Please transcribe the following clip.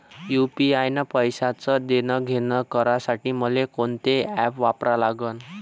UPI न पैशाचं देणंघेणं करासाठी मले कोनते ॲप वापरा लागन?